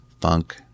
funk